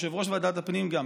יושב-ראש ועדת הפנים גם,